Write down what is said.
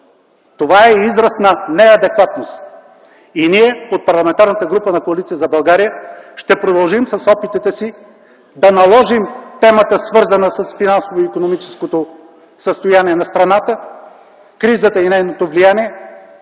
това е израз на неадекватност. Ние от Парламентарната група на Коалиция за България ще продължим с опитите си да наложим темата, свързана с финансовото и икономическото състояние на страната, кризата и нейното влияние